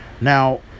Now